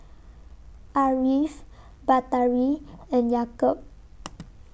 Ariff Batari and Yaakob